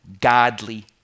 godly